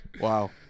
Wow